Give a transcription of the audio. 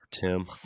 Tim